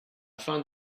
find